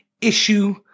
issue